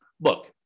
look